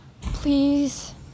Please